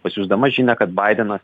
pasiųsdama žinią kad baidenas